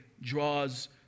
draws